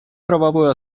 правовую